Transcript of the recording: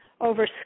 over